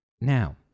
now